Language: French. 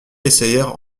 essayèrent